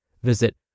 Visit